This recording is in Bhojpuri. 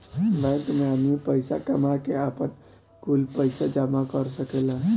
बैंक मे आदमी पईसा कामा के, आपन, कुल पईसा जामा कर सकेलन